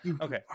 Okay